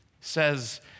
says